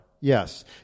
Yes